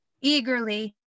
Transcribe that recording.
Eagerly